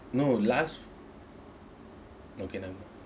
no last okay never mind